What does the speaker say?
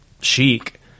chic